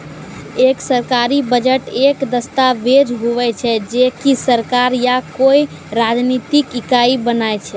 एक सरकारी बजट एक दस्ताबेज हुवै छै जे की सरकार या कोय राजनितिक इकाई बनाय छै